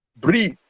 breathe